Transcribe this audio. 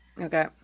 Okay